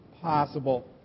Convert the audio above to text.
possible